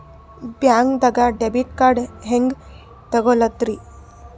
ಬ್ಯಾಂಕ್ದಾಗ debit card ಹೆಂಗ್ ತಗೊಳದ್ರಿ?